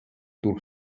durch